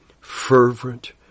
fervent